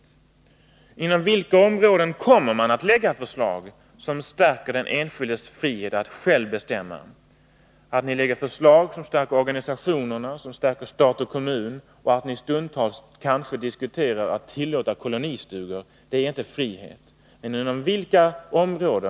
Och inom vilka områden kommer man att lägga fram förslag som stärker den enskildes frihet att själv bestämma? Att ni lägger fram förslag som stärker organisationerna, som stärker stat och kommun, och att ni stundtals kanske diskuterar att tillåta kolonistugor — det är inte frihet.